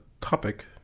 topic